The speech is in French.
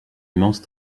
immense